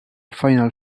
final